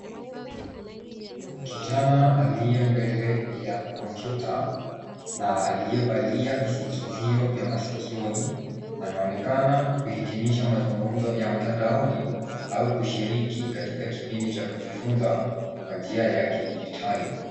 Kijana aliye mbele ya komputa na aliyevalia visikizio vya masikioni anaonekana kuhitimisha mazungumzo ya mtandaoni au kushiriki katika kipindi cha kujifunza kwa njia ya kidijitali.